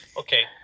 okay